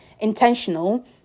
intentional